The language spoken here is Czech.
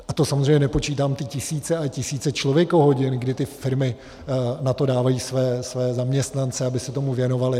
A to samozřejmě nepočítám ty tisíce a tisíce člověkohodin, kdy firmy na to dávají své zaměstnance, aby se tomu věnovali.